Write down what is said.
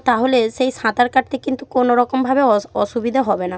তাহলে সেই সাঁতার কাটতে কিন্তু কোনো রকমভাবে অস অসুবিধে হবে না